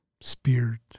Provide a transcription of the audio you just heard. spirit